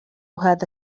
هذا